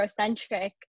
Eurocentric